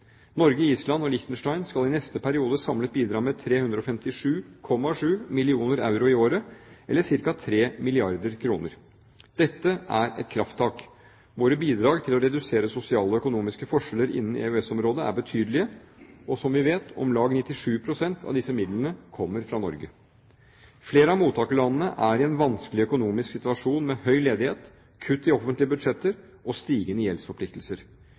Norge, Island og Liechtenstein skal i neste periode samlet bidra med 357,7 mill. euro i året, eller ca. 3 milliarder kr. Dette er et krafttak. Våre bidrag til å redusere sosiale og økonomiske forskjeller innen EØS-området er betydelige, og, som vi vet, om lag 97 pst. av disse midlene kommer fra Norge. Flere av mottakerlandene er i en vanskelig økonomisk situasjon med høy ledighet, kutt i offentlige budsjetter og stigende gjeldsforpliktelser.